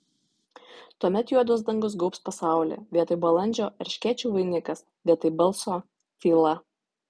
tuomet juodas dangus gaubs pasaulį vietoj balandžio erškėčių vainikas vietoj balso tyla